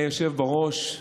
אדוני היושב בראש,